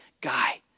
guy